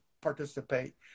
participate